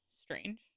strange